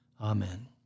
Amen